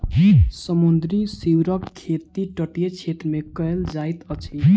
समुद्री सीवरक खेती तटीय क्षेत्र मे कयल जाइत अछि